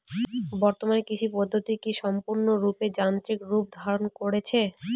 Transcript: বর্তমানে কৃষি পদ্ধতি কি সম্পূর্ণরূপে যান্ত্রিক রূপ ধারণ করেছে?